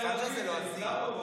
זה בלועזית.